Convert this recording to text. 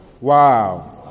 wow